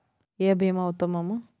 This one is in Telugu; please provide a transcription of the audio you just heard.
ఏ భీమా ఉత్తమము?